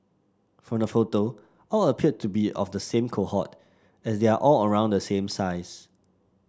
from the photo all appear to be of the same cohort as they are all around the same size